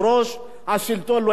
השלטון לא יכול להיות לארג'?